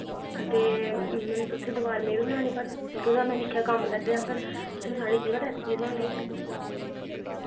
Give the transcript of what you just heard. हां ते उत्थै दवार में बी बनानी पर तुंदा में दिक्खेआ कम्म लग्गे दा पर तुसें साढ़ी जगह लैती दी थोह्ड़ी नेई